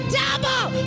double